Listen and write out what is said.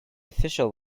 official